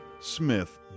Smith